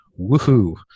Woohoo